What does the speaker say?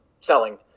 selling